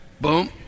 Boom